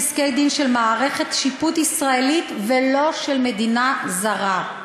פסקי-דין של מערכת שיפוט ישראלית ולא של מדינה זרה.